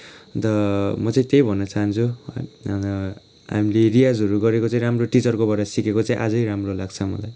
अन्त म चाहिँ त्यही भन्न चाहन्छु अन्त हामीले रियाजहरू गरेको चाहिँ राम्रो टिचरकोबाट सिकेको चाहिँ अझै राम्रो लाग्छ मलाई